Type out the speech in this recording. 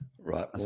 Right